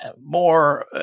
more